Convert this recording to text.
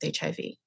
HIV